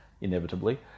inevitably